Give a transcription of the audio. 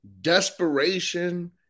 desperation